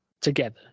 together